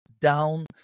down